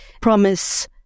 promise